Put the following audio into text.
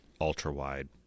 ultra-wide